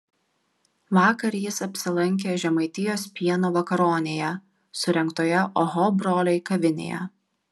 vakar jis apsilankė žemaitijos pieno vakaronėje surengtoje oho broliai kavinėje